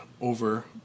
over